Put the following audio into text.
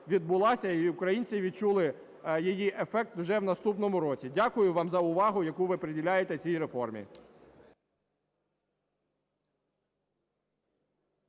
і українці відчули її ефект вже в наступному році. Дякую вам за увагу, яку ви приділяєте цій реформі.